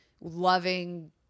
loving